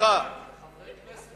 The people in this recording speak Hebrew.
חבר הכנסת